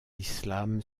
l’islam